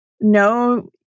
no